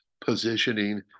positioning